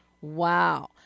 Wow